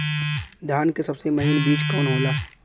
धान के सबसे महीन बिज कवन होला?